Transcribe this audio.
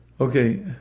Okay